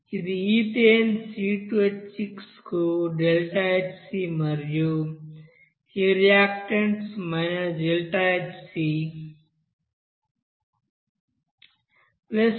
ఇది ethane C2H6 కు ΔHc మరియు ఈ reactants ΔHc ethylene standard condition లో C2H4 కంబషన్ΔHc ఇక్కడ హైడ్రోజన్ వాయువు కంబషన్